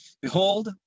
Behold